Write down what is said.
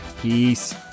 peace